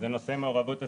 נושא מעורבות הצעירים.